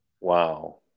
Wow